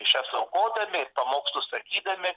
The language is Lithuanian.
mišias aukodami ir pamokslus sakydami